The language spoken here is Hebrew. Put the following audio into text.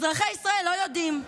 אזרחי ישראל לא יודעים.